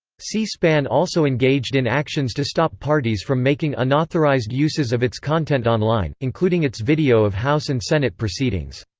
c-span also engaged in actions to stop parties from making unauthorized uses of its content online, including its video of house and senate proceedings.